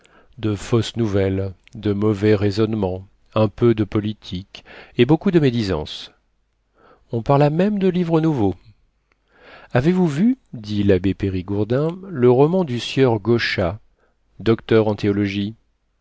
de fausses nouvelles de mauvais raisonnements un peu de politique et beaucoup de médisance on parla même de livres nouveaux avez-vous vu dit l'abbé périgourdin le roman du sieur gauchat docteur en théologie